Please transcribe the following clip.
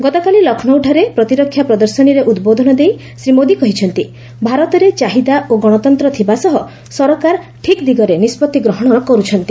ଗତକାଲି ଲକ୍ଷ୍ମୌଠାରେ ପ୍ରତିରକ୍ଷା ପ୍ରଦର୍ଶନୀରେ ଉଦ୍ବୋଧନ ଦେଇ ଶ୍ରୀ ମୋଦି କହିଛନ୍ତି ଭାରତରେ ଚାହିଦା ଓ ଗଣତନ୍ତ ଥିବା ସହ ସରକାର ଠିକ୍ ଦିଗରେ ନିଷ୍ପଭି ଗ୍ରହଣର କରୁଛନ୍ତି